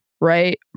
right